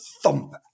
thump